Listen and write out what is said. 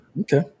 Okay